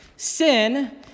Sin